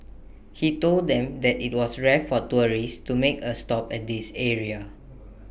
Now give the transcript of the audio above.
he told them that IT was rare for tourists to make A stop at this area